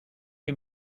est